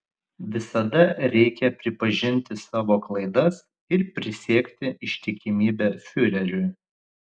visada reikia pripažinti savo klaidas ir prisiekti ištikimybę fiureriui